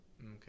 Okay